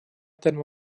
terme